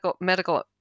medical